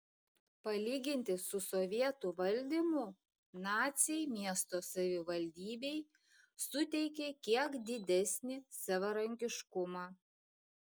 palyginti su sovietų valdymu naciai miesto savivaldybei suteikė kiek didesnį savarankiškumą